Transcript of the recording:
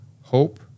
hope